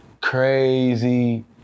crazy